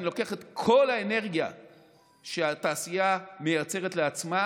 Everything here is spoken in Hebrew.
אם אני לוקח את כל האנרגיה שהתעשייה מייצרת לעצמה,